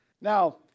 Now